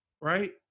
Right